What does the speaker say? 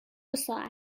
ساعت